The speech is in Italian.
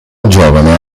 giovane